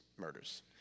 murders